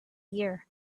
year